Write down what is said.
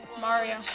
Mario